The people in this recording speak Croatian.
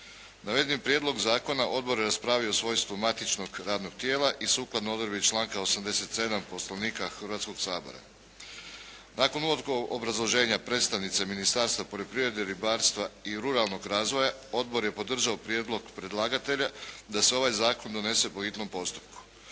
Navedeni Prijedlog zakona Odbor je raspravio u svojstvu matičnog radnog tijela i sukladno odredbi članka 87. Poslovnika Hrvatskoga sabora. Nakon uvodnog obrazloženja predstavnice Ministarstva poljoprivrede i ribarstva i ruralnog razvoja Odbor je podržao prijedlog predlagatelja da se ovaj Zakon donese po hitnom postupku.